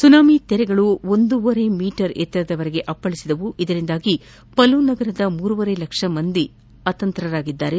tsunami ತೆರೆಗಳು ಒಂದೂವರೆ metre ಎತ್ತರದವರೆಗೂ ಅಪ್ಪಳಿಸಿವೆ ಇದರಿಂದಾಗಿ ಪಲು ನಗರದ ಮೂರೂವರೆ ಲಕ್ಷ ಮಂದಿ ಅತಂತ್ರರಾಗಿದ್ದಾರೆ